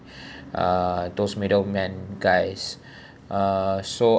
uh those middle men guys uh so